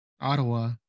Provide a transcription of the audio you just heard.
ottawa